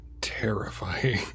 Terrifying